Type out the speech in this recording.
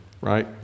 right